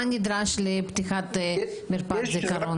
מה נדרש לפתיחת מרפאת זיכרון?